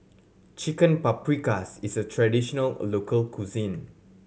Chicken Paprikas is a traditional local cuisine